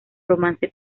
romance